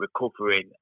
recovering